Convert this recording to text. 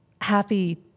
happy